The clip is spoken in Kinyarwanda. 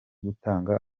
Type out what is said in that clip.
gutanga